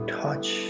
touch